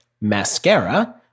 mascara